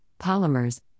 polymers